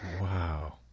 wow